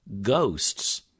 ghosts